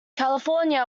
california